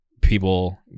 people